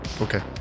Okay